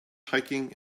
hiking